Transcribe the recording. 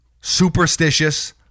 Superstitious